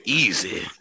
easy